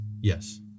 Yes